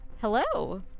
Hello